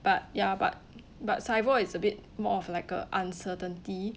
but ya but but SIBOR is a bit more of like a uncertainty